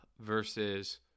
versus